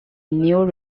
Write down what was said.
new